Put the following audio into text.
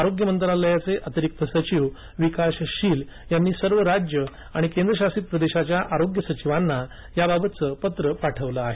आरोग्य मंत्रालयाचे अतिरिक्त सचिव विकास शील यांनी सर्व राज्य आणि केंद्रशासित प्रदेशांच्या आरोग्य सचिवांना याबाबतचं पत्र पाठवलं आहे